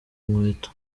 nkweto